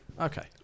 okay